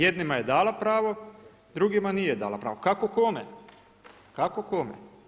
Jednima je dala pravo, drugima nije dala pravo, kako kome, kako kome.